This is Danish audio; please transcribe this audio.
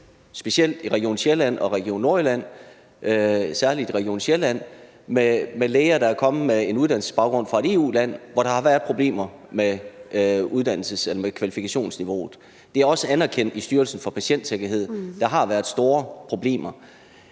specielt i Region Sjælland og Region Nordjylland, men særligt Region Sjælland – med læger, der er kommet med en uddannelsesbaggrund fra et EU-land, hvor der har været problemer med kvalifikationsniveauet. Det er også anerkendt i Styrelsen for Patientsikkerhed, at der har været store problemer.